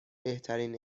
بهترین